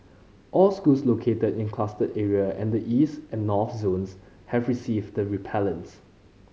all schools located in cluster area and the East and North zones have received the repellents